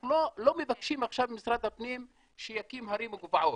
אנחנו לא מבקשים עכשיו שמשרד הפנים יקים הרים וגבעות.